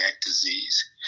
disease